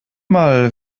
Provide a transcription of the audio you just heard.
mal